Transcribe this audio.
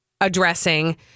addressing